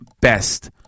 best